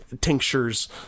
tinctures